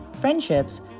friendships